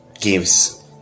gives